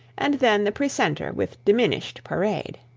and then the precentor with diminished parade.